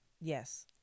yes